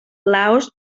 laos